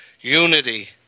Unity